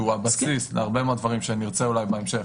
שהוא הבסיס להרבה מהדברים שנרצה אולי בהמשך